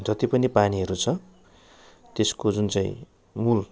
जति पनि पानीहरू छ त्यसको जुन चाहिँ मूल